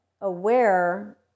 aware